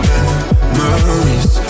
Memories